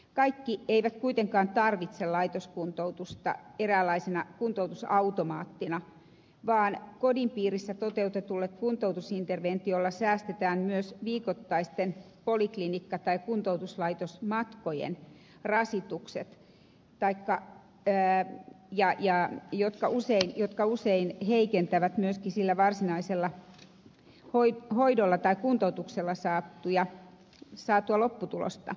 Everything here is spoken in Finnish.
kaikki eivät kuitenkaan tarvitse laitoskuntoutusta eräänlaisena kuntoutusautomaattina vaan kodin piirissä toteutetulla kuntoutusinterventiolla säästetään myös viikottaisten poliklinikka tai kuntoutuslaitosmatkojen rasitukset vaikka perhe ja jää jotka useille jotka usein heikentävät myöskin sillä varsinaisella hoidolla tai kuntoutuksella saatua lopputulosta